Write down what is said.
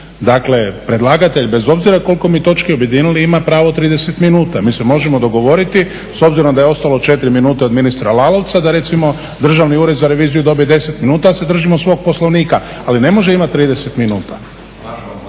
Dakle, predlagatelj bez obzira koliko mi točki objedinili ima pravo 30 minuta. Mi se možemo dogovoriti s obzirom da je ostalo 4 minute od ministra Lalovca da recimo Državni ured za reviziju dobije 10 minuta, ali se držimo svog Poslovnika. Ali ne može imati 30 minuta.